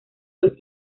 los